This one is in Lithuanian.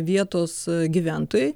vietos gyventojai